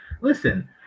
listen